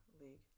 league